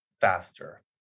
faster